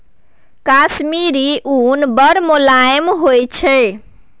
कश्मीरी उन बड़ मोलायम होइ छै